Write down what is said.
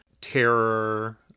terror